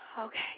Okay